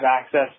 access